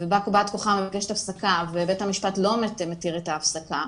ואת כבאת כוחה מבקשת הפסקה ובית המשפט לא מתיר את ההפסקה,